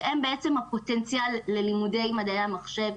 שהם בעצם הפוטנציאל ללימודי מדעי המחשב,